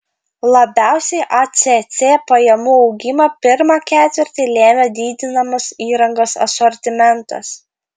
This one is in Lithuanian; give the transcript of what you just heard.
labiausiai acc pajamų augimą pirmą ketvirtį lėmė didinamas įrangos asortimentas